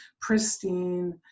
pristine